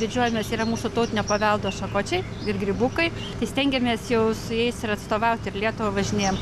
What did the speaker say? didžiuojamės yra mūsų tautinio paveldo šakočiai ir grybukai stengiamės jau su jais ir atstovauti ir lietuvą važinėjam